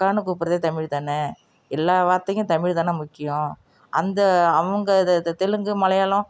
அக்கானு கூப்பிட்றதே தமிழ்தானே எல்லா வார்த்தைக்கும் தமிழ்தானே முக்கியம் அந்த அவங்க இது இது தெலுங்கு மலையாளம்